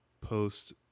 post